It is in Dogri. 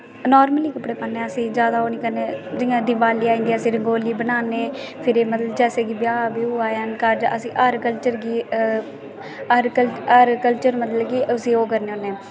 नार्मल ही कपड़े पान्ने अस ज्यादा ओह् नेईंं करने जियां दिवाली आई जंदी अस रंगोली बनान्ने फिर एह् मतलब जैसे कि ब्याह ब्यूह् आया अस हर कल्चर गी हर कल्चर हर कल्च मतलब कि उसी ओह् करने होन्ने